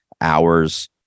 hour's